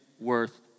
worth